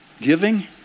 giving